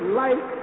light